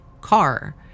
car